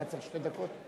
אתה צריך שתי דקות?